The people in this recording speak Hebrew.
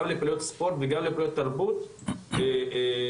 גם לפעילויות ספורט וגם לפעילויות תרבות יישובית,